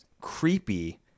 creepy